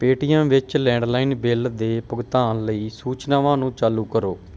Paytm ਵਿੱਚ landline bill ਦੇ ਭੁਗਤਾਨ ਲਈ ਸੂਚਨਾਵਾਂ ਨੂੰ ਚਾਲੂ ਕਰੋ